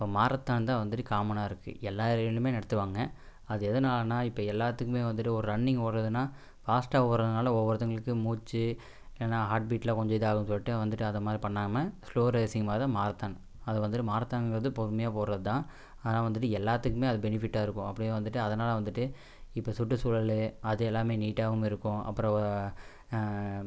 இப்போ மாரத்தான் தான் வந்துட்டு காமனாக இருக்குது எல்லா நடத்துவாங்க அது எதுனாலனா இப்போ எல்லாத்துக்குமே வந்துட்டு ஒரு ரன்னிங் ஓடுறதுனா பாஸ்டாக ஓடுறனால ஒவ்வொருத்தங்களுக்கு மூச்சு ஏன்னால் ஹார்ட்பீட்டில் கொஞ்ச இதாவது சொல்லிட்டு வந்துட்டு அதை மாதிரி பண்ணாமல் ஸ்லோ ரேசிங் மாதிரி தான் மாரத்தான் அது வந்துட்டு மாரத்தான்ங்கிறது பொறுமையாக ஓடுறதான் அதெலாம் வந்துட்டு எல்லாத்துக்குமே அது பெனிஃபிட்டாக இருக்கும் அப்படினு வந்துட்டு அதனால் வந்துட்டு இப்போ சுற்றுச்சூழல் அது எல்லாமே நீட்டாகவும் இருக்கும் அப்புறம்